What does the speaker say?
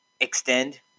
extend